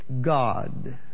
God